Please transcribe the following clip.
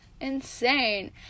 Insane